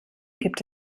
gibt